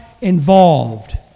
involved